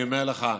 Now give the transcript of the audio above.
אני אומר לך,